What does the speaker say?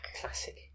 classic